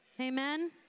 Amen